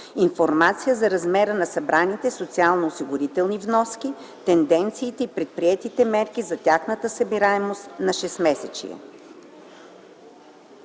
информация за размера на събраните социалноосигурителни вноски, тенденциите и предприетите мерки за тяхната събираемост на шестмесечие.”